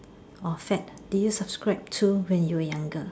or fad do you subscribe to when you are younger